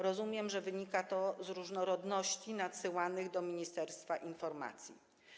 Rozumiem, że wynika to z różnorodności nadsyłanych do ministerstwa informacji.